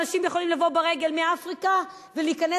אנשים יכולים לבוא ברגל מאפריקה ולהיכנס